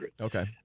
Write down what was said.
Okay